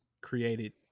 created